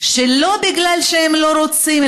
שלא כי הם לא רוצים,